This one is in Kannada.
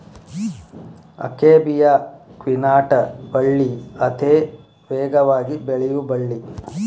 ಅಕೇಬಿಯಾ ಕ್ವಿನಾಟ ಬಳ್ಳಿ ಅತೇ ವೇಗವಾಗಿ ಬೆಳಿಯು ಬಳ್ಳಿ